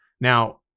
Now